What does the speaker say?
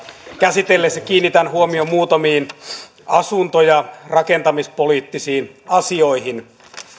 käsiteltäessä kiinnitän huomion muutamiin asunto ja rakentamispoliittisiin asioihin